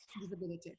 disability